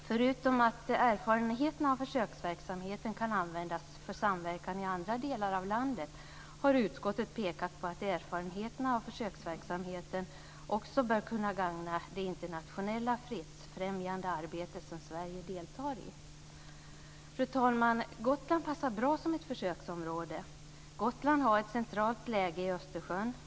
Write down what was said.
Förutom att erfarenheterna av försöksverksamheten kan användas för samverkan i andra delar av landet, har utskottet pekat på att erfarenheterna av försöksverksamheten också bör kunna gagna det internationella fredsfrämjande arbete som Sverige deltar i. Fru talman! Gotland passar bra som ett försöksområde. Gotland har ett centralt läge i Östersjön.